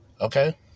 Okay